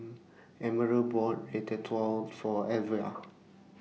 Emerald bought Ratatouille For Elvia